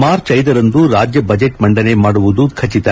March ಐದರಂದು ರಾಜ್ಯ budget ಮಂಡನೆ ಮಾಡುವುದು ಖಚಿತ